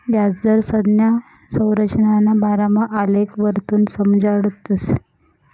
याजदर संज्ञा संरचनाना बारामा आलेखवरथून समजाडतस